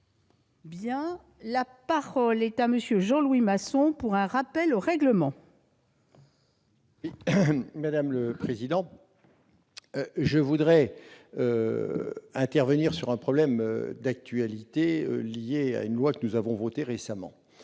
heure. La parole est à M. Jean Louis Masson, pour un rappel au règlement. Madame la présidente, je veux intervenir sur un problème d'actualité, lié à une loi que nous avons adoptée récemment.